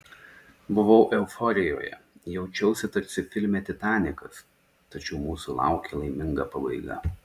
buvau euforijoje jaučiausi tarsi filme titanikas tačiau mūsų laukė laiminga pabaiga